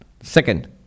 Second